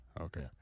Okay